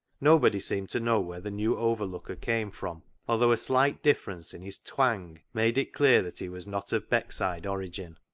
nobody seemed to know where the new overlooker came from, although a slight difference in his twang made it clear that he was not of beckside origin.